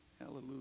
Hallelujah